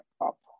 up